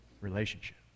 relationship